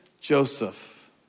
Joseph